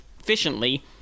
efficiently